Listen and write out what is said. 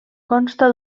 consta